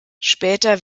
später